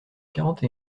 quarante